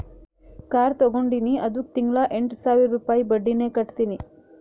car ತಗೊಂಡಿನಿ ಅದ್ದುಕ್ ತಿಂಗಳಾ ಎಂಟ್ ಸಾವಿರ ರುಪಾಯಿ ಬಡ್ಡಿನೆ ಕಟ್ಟತಿನಿ